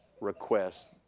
request